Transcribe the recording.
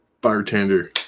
Bartender